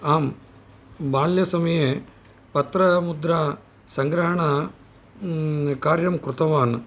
आम् बाल्यसमये पत्रमुद्रा सङ्ग्रहण कार्यं कृतवान्